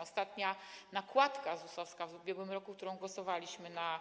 Ostatnia nakładka ZUS-owska w ubiegłym roku, nad którą głosowaliśmy, na